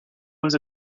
was